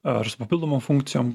ar su papildomom funkcijom